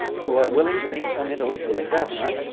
who are willing to make some intellectual investment,